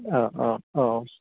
औ औ औ